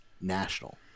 national